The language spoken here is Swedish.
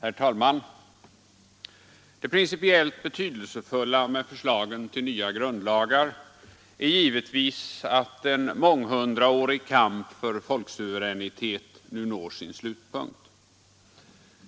Herr talman! Det principiellt betydelsefulla med förslagen till nya grundlagar är givetvis att en månghundraårig kamp för folksuveränitet nu når sin slutpunkt.